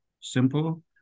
simple